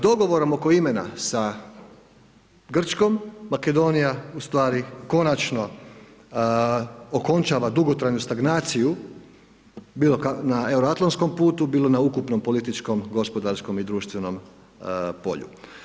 Dogovorom oko imena sa Grčkom, Makedonija ustvari konačno okončava dugotrajnu stagnaciju bilo na euroatlantskom putu, bilo na ukupnom političkom, gospodarskom i društvenom polju.